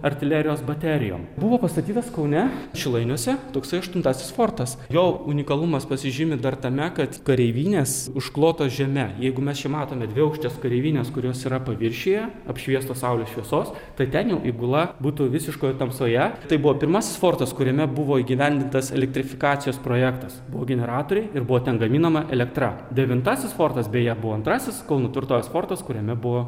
artilerijos baterijom buvo pastatytas kaune šilainiuose toksai aštuntasis fortas jo unikalumas pasižymi dar tame kad kareivinės užklotos žeme jeigu mes čia matome dviaukštės kareivinės kurios yra paviršiuje apšviestos saulės šviesos tai ten jau įgula būtų visiškoj tamsoje tai buvo pirmas fortas kuriame buvo įgyvendintas elektrifikacijos projektas buvo generatoriai ir buvo ten gaminama elektra devintasis fortas beje buvo antrasis kauno tvirtovės fortas kuriame buvo